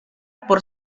por